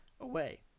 away